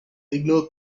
ignore